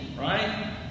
right